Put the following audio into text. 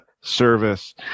service